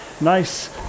Nice